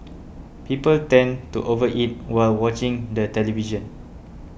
people tend to over eat while watching the television